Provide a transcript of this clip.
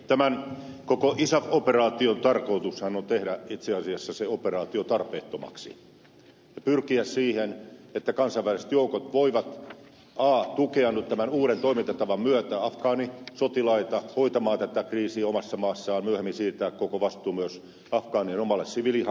tämän koko isaf operaation tarkoitushan on tehdä itse asiassa se operaatio tarpeettomaksi ja pyrkiä siihen että kansainväliset joukot voivat tukea nyt tämän uuden toimintatavan myötä afgaanisotilaita niin että he hoitaisivat tätä kriisiä omassa maassaan ja myöhemmin siirtää koko vastuu myös afgaanien omalle siviilihallinnolle